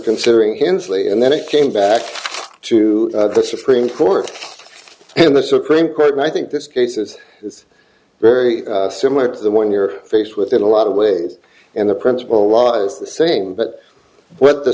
considering hensley and then it came back to the supreme court and the supreme court and i think this cases it's very similar to the one you're faced with in a lot of ways and the principle law is the same but what the